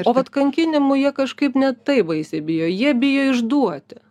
o vat kankinimų jie kažkaip ne taip baisiai bijo jie bijo išduoti